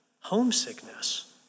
homesickness